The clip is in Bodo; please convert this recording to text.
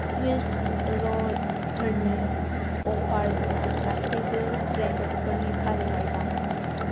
चिज र'ल फोरनि अफार गोनां गासैबो ब्रेन्ड फोरनि फारिलाइ बानाय